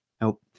Nope